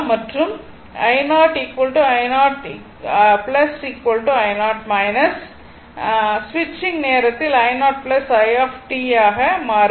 மற்றும் i0 i0 i0 I சுவிட்சிங் நேரத்தில் i0 i மாறாது